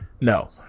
no